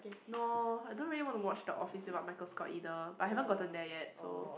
no I don't really want to watch the Office without Michael-Scott either but I haven't gotten there yet so